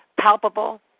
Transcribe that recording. palpable